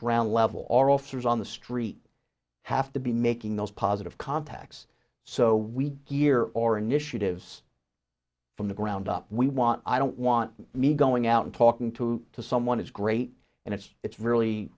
ground level our officers on the street have to be making those positive contacts so we gear our initiatives from the ground up we want i don't want me going out and talking to to someone is great and it's it's really